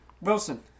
Wilson